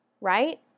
right